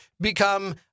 become